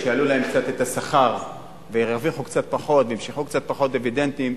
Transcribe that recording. שיעלו להם קצת את השכר וירוויחו קצת פחות וימשכו קצת פחות דיבידנדים,